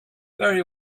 very